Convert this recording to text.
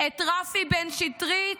את רפי בן שטרית,